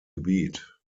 gebiet